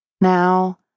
Now